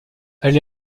elle